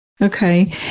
Okay